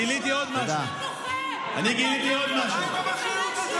גיליתי עוד משהו, גיליתי עוד משהו: